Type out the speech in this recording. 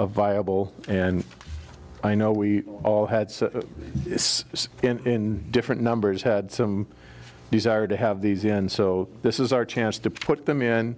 still viable and i know we all had in different numbers had some desire to have these and so this is our chance to put them in